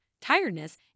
tiredness